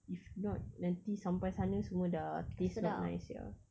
if not nanti sampai sana semua dah taste not nice ya